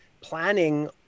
planning